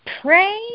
pray